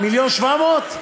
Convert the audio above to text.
1.7 מיליון?